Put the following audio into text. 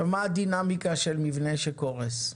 מה הדינמיקה של מבנה שקורס?